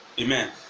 Amen